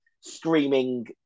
screaming